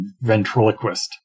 ventriloquist